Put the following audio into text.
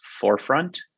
Forefront